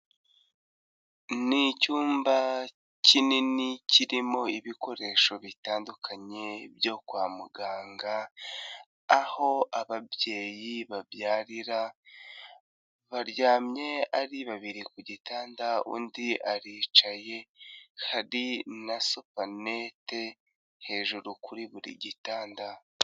Ni icyumba kinini kirimo ibikoresho bitandukanye byo kwa muganga aho ababyeyi babyarira, baryamye ari babiri ku gitanda undi aricaye, hari na supanete hejuru kuri buri gitanda.